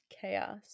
Chaos